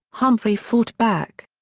humphrey fought back.